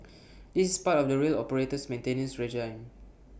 this part of the rail operator's maintenance regime